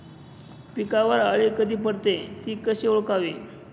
पिकावर अळी कधी पडते, ति कशी ओळखावी?